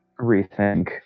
rethink